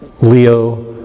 Leo